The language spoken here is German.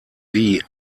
wie